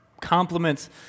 compliments